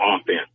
offense